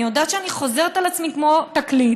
אני יודעת שאני חוזרת על עצמי כמו תקליט,